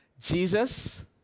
Jesus